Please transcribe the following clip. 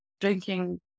drinking